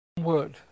word